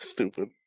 Stupid